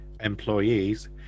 employees